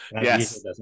Yes